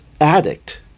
addict